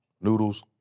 noodles